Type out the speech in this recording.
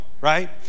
right